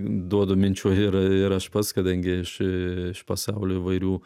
duodu minčių ir ir aš pats kadangi iš iš pasaulio įvairių